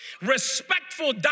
respectful